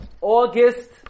August